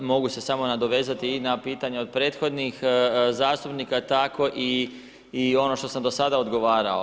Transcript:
Mogu se samo nadovezati i na pitanje od prethodnih zastupnika tako i ono što sam do kraja odgovarao.